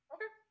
Okay